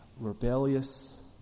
rebellious